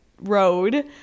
road